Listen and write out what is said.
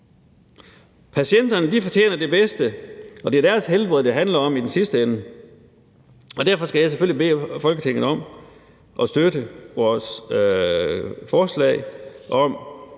Patienterne fortjener det bedste, og det er deres helbred, det handler om i den sidste ende. Derfor skal jeg selvfølgelig bede Folketinget om at støtte vores forslag om,